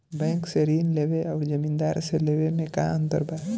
Bank से ऋण लेवे अउर जमींदार से लेवे मे का अंतर बा?